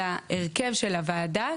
להרכב של הוועדה,